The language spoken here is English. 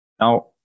Now